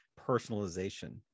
personalization